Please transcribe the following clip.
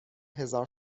هزار